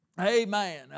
Amen